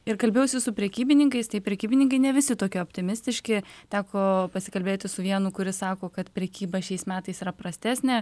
ir kalbėjausi su prekybininkais tai prekybininkai ne visi tokie optimistiški teko pasikalbėti su vienu kuris sako kad prekyba šiais metais yra prastesnė